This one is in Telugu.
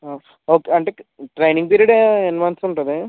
ఓకే అంటే ట్రైనింగ్ పీరియడు ఎన్ని మంత్స్ ఉంటుంది